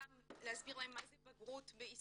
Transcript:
גם להסביר להם מה זה בגרות בישראל,